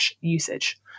usage